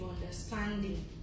understanding